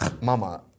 Mama